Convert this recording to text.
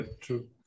true